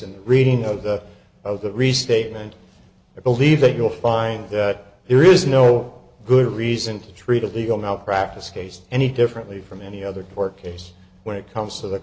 the reading of that of the restatement i believe that you'll find that there is no good reason to treat a legal malpractise case any differently from any other court case when it comes to the